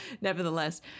nevertheless